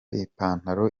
ipantaro